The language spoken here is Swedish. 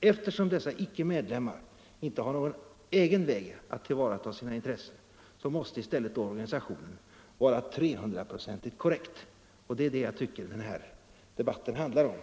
Eftersom dessa icke-medlemmar inte har någon egen väg att tillvarata sina intressen måste i stället denna organisation vara 300-procentigt korrekt. Det är detta som jag tycker att debatten handlat om.